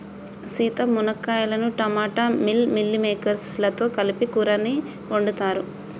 సీత మునక్కాయలను టమోటా మిల్ మిల్లిమేకేర్స్ లతో కలిపి కూరని వండుతారు